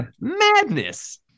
madness